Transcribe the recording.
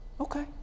Okay